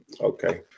Okay